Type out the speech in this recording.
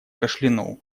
кашлянул